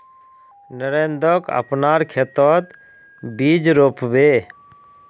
नरेंद्रक अपनार खेतत बीज रोप बे